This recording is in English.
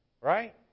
right